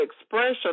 expression